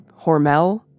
Hormel